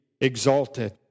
exalted